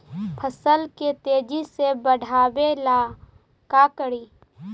फसल के तेजी से बढ़ाबे ला का करि?